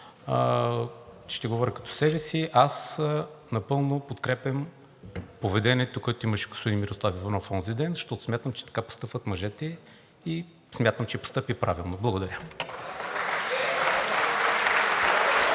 Ще говоря като себе си: аз напълно подкрепям поведението, което имаше господин Мирослав Иванов онзиден, защото смятам, че така постъпват мъжете и смятам, че постъпи правилно. Благодаря.